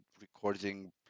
recording